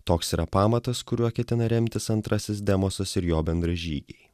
toks yra pamatas kuriuo ketina remtis antrasis demosas ir jo bendražygiai